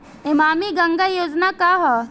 नमामि गंगा योजना का ह?